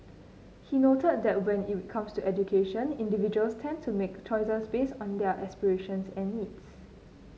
he noted that when it comes to education individuals tend to make choices based on their aspirations and needs